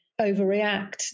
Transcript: overreact